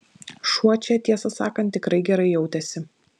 šuo čia tiesą sakant tikrai gerai jautėsi